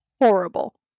horrible